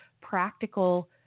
practical